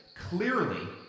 Clearly